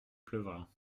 pleuvra